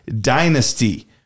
DYNASTY